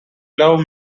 love